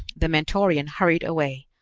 the mentorian hurried away,